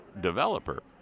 developer